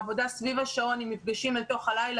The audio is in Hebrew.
עבודה סביב השעון עם מפגשים אל תוך הלילה.